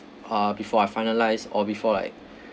uh before I finalise or before like